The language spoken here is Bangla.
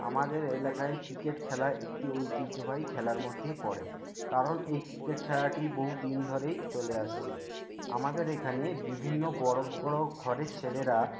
আমাদের এলাকায় ক্রিকেট খেলা একটি ঐতিহ্যবাহী খেলার মধ্যেই পড়ে কারণ এই ক্রিকেট খেলাটি বহু দিন ধরেই চলে আসছে আমাদের এখানে বিভিন্ন বড়ো বড়ো ঘরের ছেলেরা